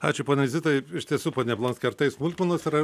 ačiū poniai zitai taip iš tiesų pone blonski ar tai smulkmenos yra